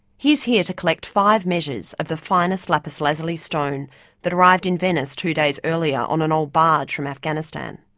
he is here to collect five measures of the finest lapis lazuli stone that arrived in venice two days earlier on an old barge from afghanistan.